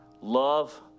Love